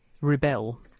rebel